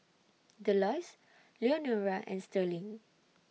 Delois Leonora and Sterling